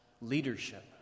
leadership